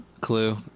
clue